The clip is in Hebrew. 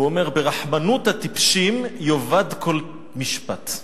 הוא אומר: "ברחמנות הטיפשים יאבד כל משפט".